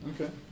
Okay